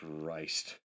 Christ